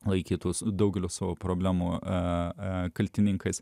laikytus daugelio savo problemų e e kaltininkais